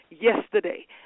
Yesterday